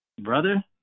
Brother